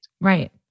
Right